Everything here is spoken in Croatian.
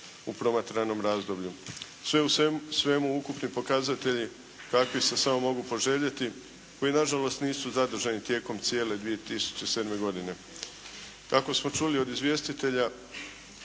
u promatranom razdoblju. Sve u svemu ukupni pokazatelji kakvi se samo mogu poželjeti koji nažalost nisu zadržani tijekom cijele 2007. godine. Kako smo čuli od izvjestitelja